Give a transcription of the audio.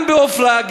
גם בעפרה,